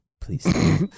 please